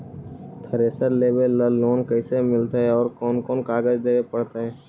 Thresher लेबे ल loan कैसे मिलतइ और कोन कोन कागज देबे पड़तै?